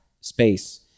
space